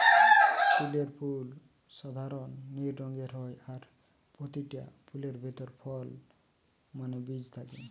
তিলের ফুল সাধারণ নীল রঙের হয় আর পোতিটা ফুলের ভিতরে ফল মানে বীজ থাকে